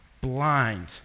blind